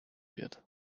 wird